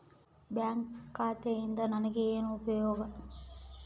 Bank ಖಾತೆಯಿಂದ ನನಗೆ ಏನು ಉಪಯೋಗ?